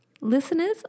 Listeners